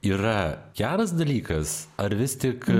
yra geras dalykas ar vis tik